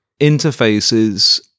interfaces